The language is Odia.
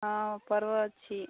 ହଁ ପର୍ବ ଅଛି